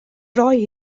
roi